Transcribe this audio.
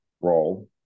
role